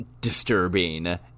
disturbing